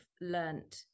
learnt